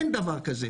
אין דבר כזה.